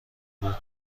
بود